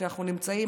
כשאנחנו נמצאים,